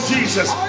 Jesus